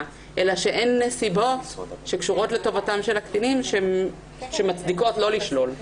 אלא שאין נסיבות שקשורות לטובתם של הקטינים שמצדיקות לא לשלול.